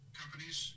companies